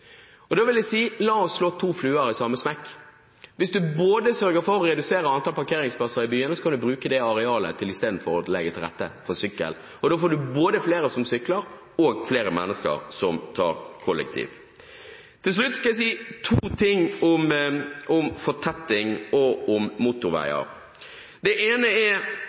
Og da vil jeg si: La oss slå to fluer i én smekk. Hvis man sørger for å redusere antall parkeringsplasser i byene, kan man i stedet bruke det arealet til å legge til rette for sykkel. Da får man både flere som sykler og flere mennesker som velger kollektivt. Til slutt skal jeg si to ting om fortetting og om motorveier. Det ene er